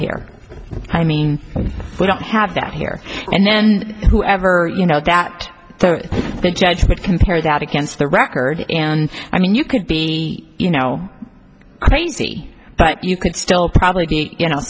here i mean we don't have that here and then and whoever you know that the judge would compare that against the record and i mean you could be you know crazy but you could still probably you know